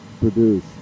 produce